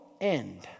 end